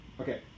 Okay